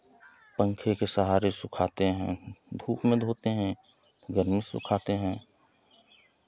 पंखे के सहारे सुखाते हैं धूप में धोते हैं घर में सुखाते हैं